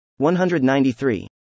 193